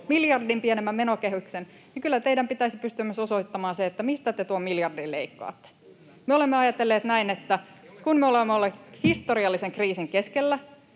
miljardin pienemmän menokehyksen, niin kyllä teidän pitäisi pystyä myös osoittamaan se, mistä te tuon miljardin leikkaatte. Me olemme ajatelleet näin, että kun me olemme olleet historiallisen kriisin keskellä,